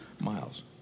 miles